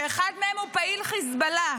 שאחד מהם הוא פעיל חיזבאללה,